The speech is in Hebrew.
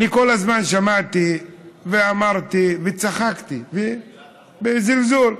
אני כל הזמן שמעתי, ואמרתי, וצחקתי בזלזול,